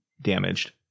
damaged